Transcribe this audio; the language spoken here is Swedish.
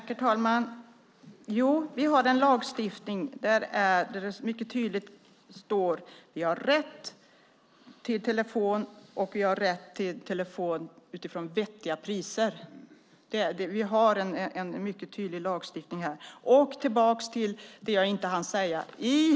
Herr talman! Jo, vi har en lagstiftning där det mycket tydligt står att vi har rätt till telefoni till vettiga priser. Lagstiftningen är mycket tydlig i fråga om det. Jag ska ta upp det som jag inte hann säga tidigare.